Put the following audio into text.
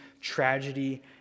tragedy